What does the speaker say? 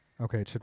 Okay